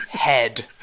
Head